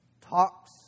talks